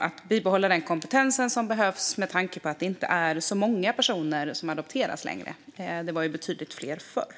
och att bibehålla den kompetens som behövs, med tanke på att det inte är så många personer som adopteras längre. Det var ju betydligt fler förr.